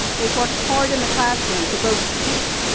they've worked hard in the classroom to both speak,